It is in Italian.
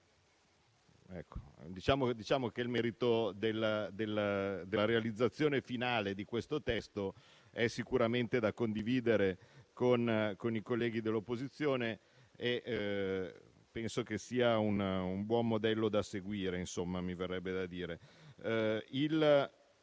Diciamo che il merito della realizzazione finale di questo testo è sicuramente da condividere con i colleghi dell'opposizione e penso che questo sia un buon modello da seguire. Ci sono alcuni punti